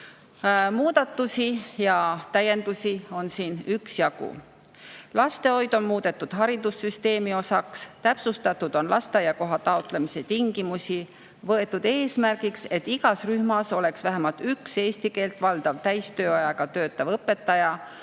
Muudatusi ja täiendusi on siin üksjagu. Lastehoid on muudetud haridussüsteemi osaks, täpsustatud on lasteaiakoha taotlemise tingimusi, võetud eesmärgiks, et igas rühmas oleks vähemalt üks eesti keelt valdav täistööajaga töötav õpetaja,